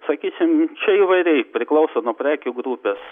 sakysim čia įvairiai priklauso nuo prekių grupės